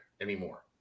anymore